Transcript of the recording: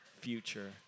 future